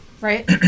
right